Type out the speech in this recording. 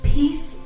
peace